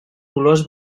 colors